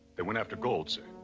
they went after gold, sir.